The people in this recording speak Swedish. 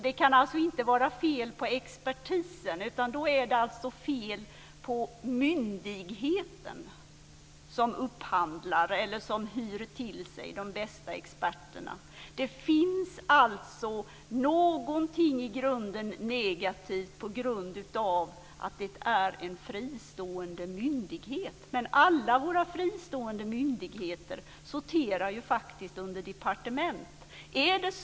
Det kan alltså inte vara fel på expertisen, utan då är det fel på myndigheten som upphandlar eller hyr till sig de bästa experterna. Det finns alltså någonting i grunden negativt på grund av att det är en fristående myndighet. Alla våra fristående myndigheter sorterar ju under departement.